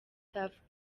tuff